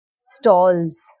stalls